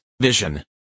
vision